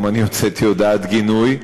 גם אני הוצאתי הודעת גינוי.